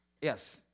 Yes